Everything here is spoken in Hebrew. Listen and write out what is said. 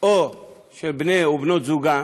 או של בני הזוג,